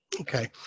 okay